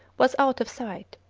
was out of sight,